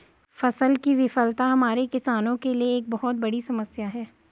फसल की विफलता हमारे किसानों के लिए एक बहुत बड़ी समस्या है